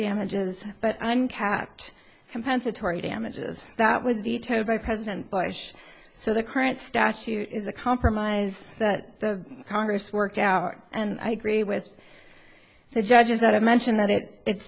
damages but i'm kept compensatory damages that was vetoed by president bush so the current statute is a compromise that the congress worked out and i agree with the judges that i mentioned that it it